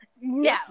no